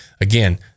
again